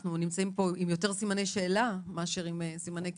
אנחנו נמצאים פה עם יותר סימני שאלה מאשר עם סימני קריאה.